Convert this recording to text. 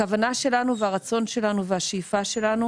הכוונה שלנו והרצון שלנו והשאיפה שלנו